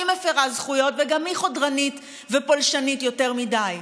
מפירה זכויות וגם היא חודרנית ופולשנית יותר מדי.